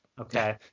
Okay